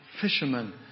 fishermen